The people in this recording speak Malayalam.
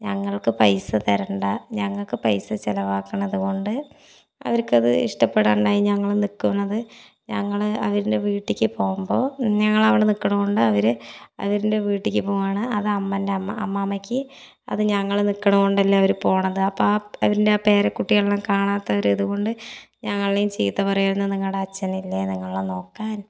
ഞങ്ങൾക്ക് പൈസ തരണ്ട ഞങ്ങൾക്ക് പൈസ ചിലവാക്കണത് കൊണ്ട് അവർക്കത് ഇഷ്ടപ്പെടാണ്ടായി ഞങ്ങൾ നിൽക്കുന്നത് ഞങ്ങൾ അവരിൻ്റെ വീട്ടിലേക്ക് പോകുമ്പോൾ ഞങ്ങളവിടെ നിൽക്കണത് കൊണ്ട് അവർ അവരിൻ്റെ വീട്ടിലേക്ക് പോകുകയാണ് അത് അമ്മൻ്റെ അമ്മ അമ്മാമ്മക്ക് അത് ഞങ്ങൾ നിൽക്കണത് കൊണ്ടല്ലേ അവർ പോണത് അപ്പം അവരിൻ്റെ പേര കുട്ടികളെ കാണാത്ത ഒരിത് കൊണ്ട് ഞങ്ങളെയും ചീത്ത പറയുമായിരുന്നു നിങ്ങളുടെ അച്ഛനില്ലെ നിങ്ങളെ നോക്കാൻ